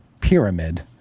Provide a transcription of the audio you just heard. pyramid